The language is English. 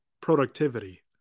productivity